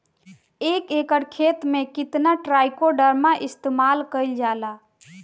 एक एकड़ खेत में कितना ट्राइकोडर्मा इस्तेमाल कईल जाला?